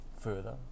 Further